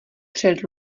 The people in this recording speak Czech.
před